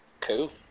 Cool